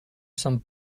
sant